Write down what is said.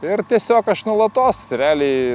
ir tiesiog aš nuolatos realiai